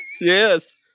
Yes